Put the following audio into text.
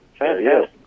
Yes